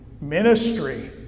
Ministry